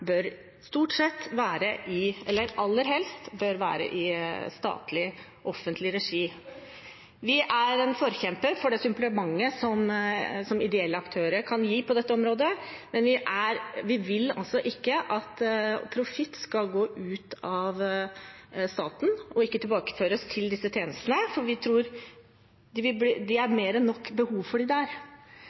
aller helst bør være i statlig, offentlig regi. Vi er en forkjemper for det supplementet som ideelle aktører kan gi på dette området, men vi vil altså ikke at profitt skal gå ut av staten og ikke tilbakeføres til disse tjenestene. Det er mer enn nok behov for den der. Det å påstå at Senterpartiet – av alle – ikke er opptatt av kommunenes selvråderett, syntes jeg også var en artig tilnærming. Der